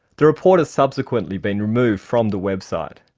the report has subsequently been removed from the website.